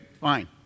fine